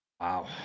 Wow